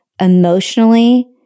emotionally